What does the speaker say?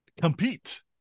compete